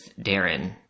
Darren